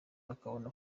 bakabona